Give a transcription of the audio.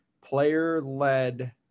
player-led